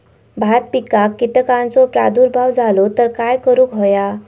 भात पिकांक कीटकांचो प्रादुर्भाव झालो तर काय करूक होया?